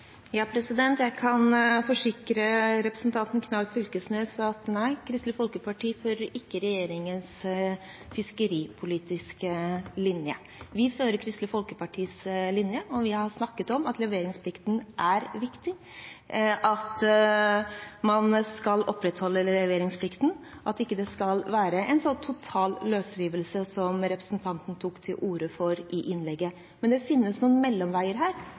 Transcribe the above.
Jeg kan forsikre representanten Knag Fylkesnes om at Kristelig Folkeparti ikke følger regjeringens fiskeripolitiske linje. Vi følger Kristelig Folkepartis linje, og vi har snakket om at leveringsplikten er viktig, at man skal opprettholde leveringsplikten, og at det ikke skal være en så total løsrivelse som representanten tok til orde for i replikken. Men det finnes noen mellomveier her,